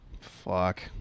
fuck